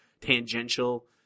tangential